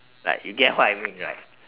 like you get what I mean right